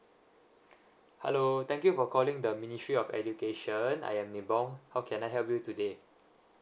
hello thank you for calling the ministry of education I am nibong how can I help you today